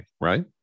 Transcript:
right